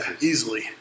Easily